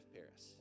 Paris